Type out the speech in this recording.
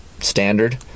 standard